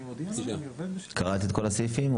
קראת את כל הסעיפים?